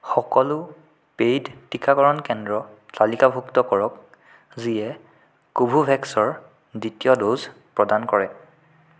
সকলো পেইড টীকাকৰণ কেন্দ্ৰ তালিকাভুক্ত কৰক যিয়ে কোভোভেক্সৰ দ্বিতীয় ড'জ প্ৰদান কৰে